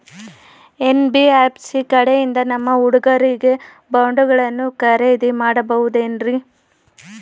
NBFC ಕಡೆಯಿಂದ ನಮ್ಮ ಹುಡುಗರಿಗಾಗಿ ಬಾಂಡುಗಳನ್ನ ಖರೇದಿ ಮಾಡಬಹುದೇನ್ರಿ?